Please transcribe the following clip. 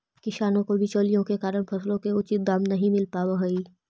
किसानों को बिचौलियों के कारण फसलों के उचित दाम नहीं मिल पावअ हई